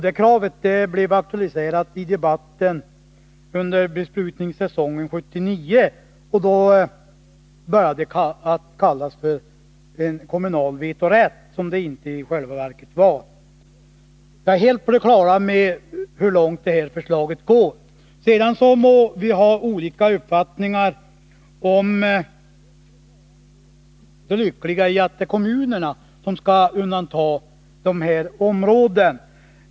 Det kravet aktualiserades i debatten under besprutningssäsongen 1979 och började då kallas för en kommunal vetorätt, som det i själva verket inte var. Jag är helt på det klara med hur långt detta förslag går. Sedan må vi ha olika uppfattningar om det lyckliga i att det är kommunerna som skall undanta de här områdena.